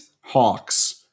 Hawks